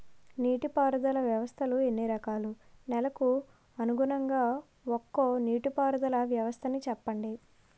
నీటి పారుదల వ్యవస్థలు ఎన్ని రకాలు? నెలకు అనుగుణంగా ఒక్కో నీటిపారుదల వ్వస్థ నీ చెప్పండి?